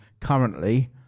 currently